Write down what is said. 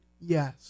yes